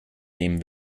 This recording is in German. nehmen